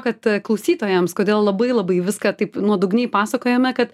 kad klausytojams kodėl labai labai viską taip nuodugniai pasakojame kad